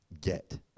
get